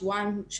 שבועיים,